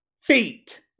feet